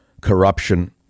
corruption